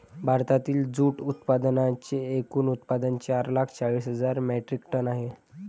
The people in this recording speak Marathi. भारतातील जूट उत्पादनांचे एकूण उत्पादन चार लाख चाळीस हजार मेट्रिक टन आहे